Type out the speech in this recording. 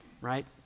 right